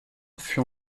fut